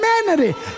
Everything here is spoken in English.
humanity